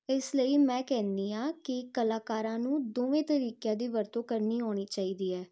ਇਸ ਲਈ ਮੈਂ ਕਹਿੰਦੀ ਹਾਂ ਕਿ ਕਲਾਕਾਰਾਂ ਨੂੰ ਦੋਵੇਂ ਤਰੀਕਿਆਂ ਦੀ ਵਰਤੋਂ ਕਰਨੀ ਆਉਣੀ ਚਾਹੀਦੀ ਹੈ